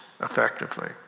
effectively